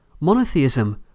Monotheism